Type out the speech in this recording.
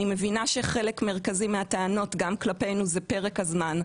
אני מבינה שחלק מרכזי מהטענות גם כלפינו זה פרק הזמן,